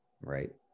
right